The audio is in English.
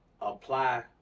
apply